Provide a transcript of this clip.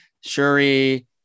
shuri